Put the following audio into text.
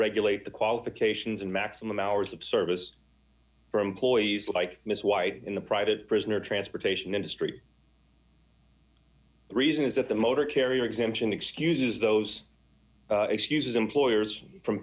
regulate the qualifications and maximum hours of service for employees like ms white in the private prison or transportation industry the reason is that the motor carrier exemption excuses those excuses employers from